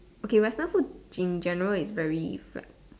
okay Western food in general is very fried